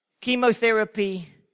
Chemotherapy